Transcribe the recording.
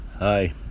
Hi